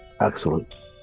excellent